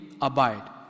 abide